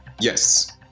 yes